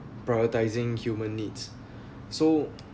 prioritizing human needs so